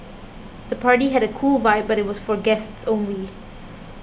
the party had a cool vibe but was for guests only